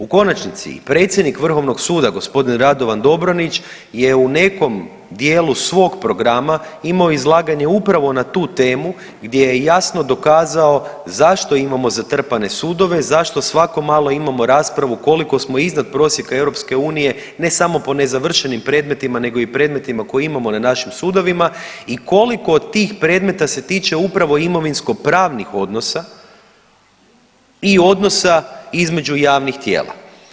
U konačnici predsjednik Vrhovnog suda gospodin Radovan Dobronić je u nekom dijelu svog programa imao izlaganje upravo na tu temu gdje je jasno dokazao zašto imamo zatrpane sudove, zašto svako malo imamo raspravu koliko smo iznad prosjeka EU ne samo po nezavršenim predmetima nego i predmetima koje imamo na našim sudovima i koliko od tih predmeta se tiče upravo imovinsko pravnih odnosa i odnosa između javnih tijela.